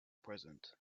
present